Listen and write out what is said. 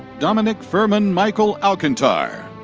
dominick ferman michael alcantar.